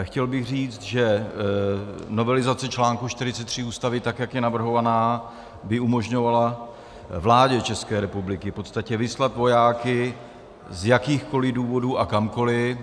Chtěl bych říct, že novelizace článku 43 Ústavy tak, jak je navrhovaná, by umožňovala vládě České republiky v podstatě vyslat vojáky z jakýchkoli důvodů a kamkoli.